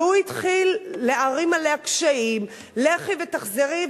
והוא התחיל להערים עליה קשיים: לכי ותחזרי,